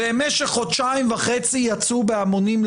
במשך חודשיים וחצי יצאו בהמונים,